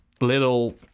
little